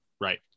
Right